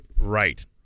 Right